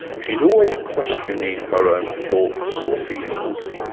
she's always questioning her own thoughts, feelings,